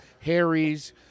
Harry's